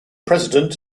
president